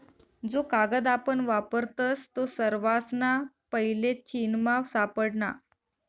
जो कागद आपण वापरतस तो सर्वासना पैले चीनमा सापडना